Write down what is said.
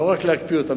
לא רק להקפיא אותן,